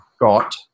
got